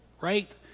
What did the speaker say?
right